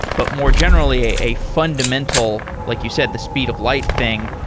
but more generally, a fundamental, like you said, the speed of light thing,